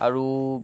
আৰু